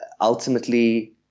ultimately